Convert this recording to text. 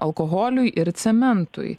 alkoholiui ir cementui